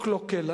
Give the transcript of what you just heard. קלוקל.